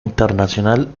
internacional